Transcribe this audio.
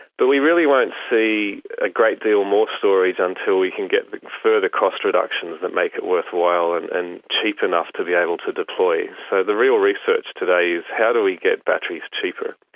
but we really won't see a great deal more storage until we can get further cost reductions that make it worthwhile and and cheap enough to be able to deploy. so the real research today is how do we get batteries cheaper.